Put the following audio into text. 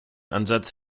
ansatz